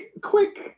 quick